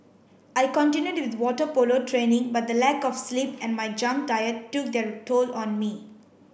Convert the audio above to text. I continued with water polo training but the lack of sleep and my junk diet took their toll on me